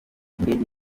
indege